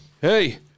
hey